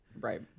right